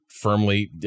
firmly